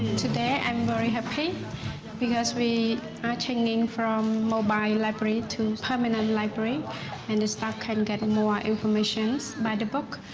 today i'm very happy, because we are changing from mobile library to permanent library and the staff can get and more informations by the book.